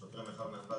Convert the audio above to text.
שוטרי מרחב נתב"ג,